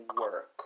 work